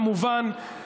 כמובן,